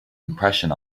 impression